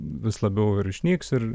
vis labiau ir išnyks ir